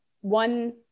one